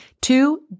Two